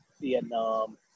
Vietnam